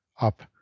up